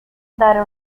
dare